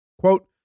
Quote